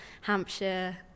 Hampshire